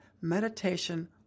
meditation